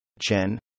Chen